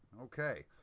Okay